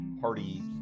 party